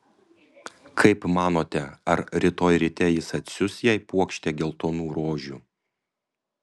kaip manote ar rytoj ryte jis atsiųs jai puokštę geltonų rožių